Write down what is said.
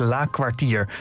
Laakkwartier